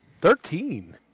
Thirteen